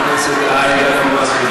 חברת הכנסת עאידה תומא סלימאן,